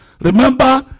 Remember